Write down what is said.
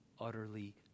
utterly